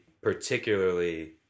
particularly